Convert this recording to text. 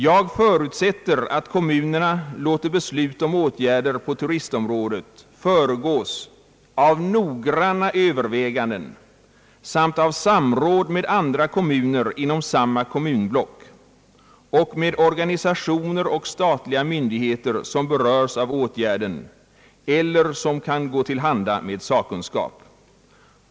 Jag förutsätter att kommunerna låter beslut om åtgärder på turistområdet föregås av noggranna överväganden samt av samråd med andra kommuner inom samma kommunblock och med organisationer och statliga myndigheter som berörs av åtgärden eller som kan gå till handa med sakkunskap.